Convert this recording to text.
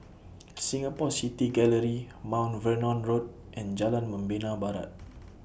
Singapore City Gallery Mount Vernon Road and Jalan Membina Barat